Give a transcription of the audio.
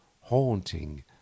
haunting